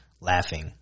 laughing